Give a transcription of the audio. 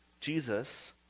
Jesus